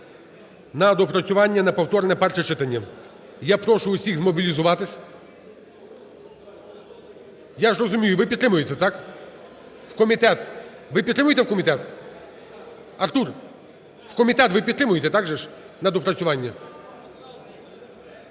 на доопрацювання, на повторне перше читання. Я прошу всіх змоблізуватися, я ж розумію, ви підтримуєте, так. У комітет. Ви підтримуєте, у комітет? Артур, у комітет ви підтримуєте, так же ж, на доопрацювання.